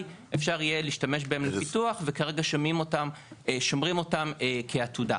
אפשר יהיה להשתמש בהן לפיתוח וכרגע שומרים אותם כעתודה.